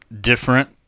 different